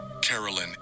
Carolyn